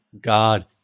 God